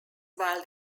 while